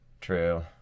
True